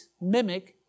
mimic